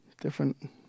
different